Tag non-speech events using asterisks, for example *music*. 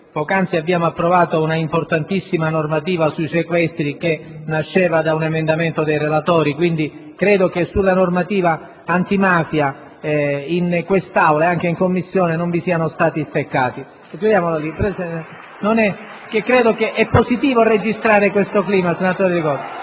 poc'anzi abbiamo approvato un'importantissima normativa sui sequestri, che nasceva da un emendamento presentato dai relatori. Credo che sulla normativa antimafia in quest'Aula ed anche in Commissione non vi siano stati steccati. È positivo registrare questo clima. *applause*